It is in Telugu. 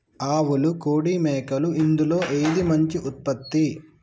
ఆవులు కోడి మేకలు ఇందులో ఏది మంచి ఉత్పత్తి?